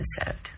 episode